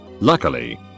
Luckily